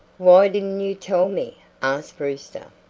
why didn't you tell me? asked brewster.